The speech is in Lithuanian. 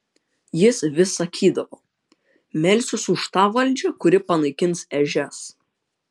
jis vis sakydavo melsiuos už tą valdžią kuri panaikins ežias